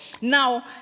Now